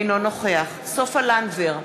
אינו נוכח סופה לנדבר,